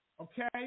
okay